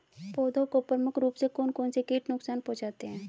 पौधों को प्रमुख रूप से कौन कौन से कीट नुकसान पहुंचाते हैं?